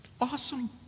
Awesome